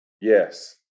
Yes